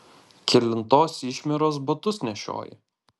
kelintos išmieros batus nešioji